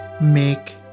make